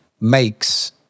makes